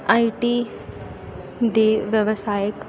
ਆਈ T ਦੇ ਵਿਵਸਾਇਕ